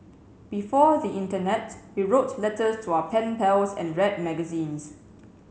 before the internet we wrote letters to our pen pals and read magazines